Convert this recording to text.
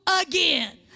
again